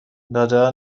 دادهها